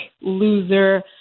loser